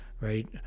right